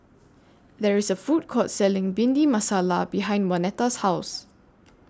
There IS A Food Court Selling Bhindi Masala behind Waneta's House